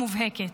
מובהקת.